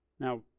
Now